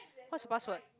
what's the password